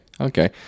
Okay